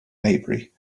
maybury